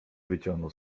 wyciągnął